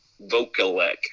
Vokalek